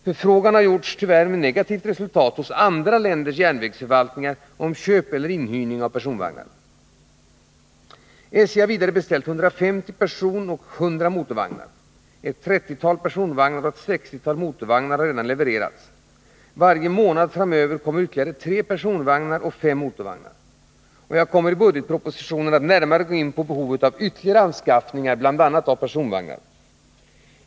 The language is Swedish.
Förfrågan har gjorts — tyvärr med negativt resultat — hos andra länders järnvägsförvaltningar om köp eller inhyrning av personvagnar. SJ har vidare beställt 150 personvagnar och 100 motorvagnar. Ett 30-tal personvagnar och ett 60-tal motorvagnar har redan levererats. Varje månad framöver kommer ytterligare 3 personvagnar och 5 motorvagnar. Jag kommer i budgetpropositionen att gå in närmare på behovet av ytterligare anskaffning av bl.a. personvagnar.